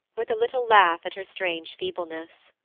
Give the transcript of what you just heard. with a little laugh at her strange feebleness.